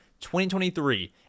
2023